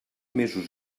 mesos